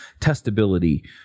testability